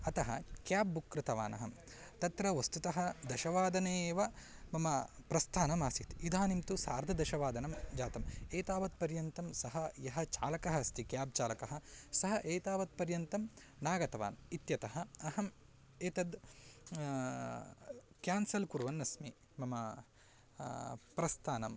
अतः cab book कृतवान् अहं तत्र वस्तुतः दशवादने एव मम प्रस्थानम् आसीत् इदानीं तु सार्धदशवादनं जातम् एतावद् पर्यन्तं सः यः चालकः अस्ति क्याब् चालकः सः एतावत् पर्यन्तं न आगतवान् इत्यतः अहम् एतद् क्यान्सल् कुर्वन् अस्मि मम प्रस्थानम्